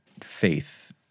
faith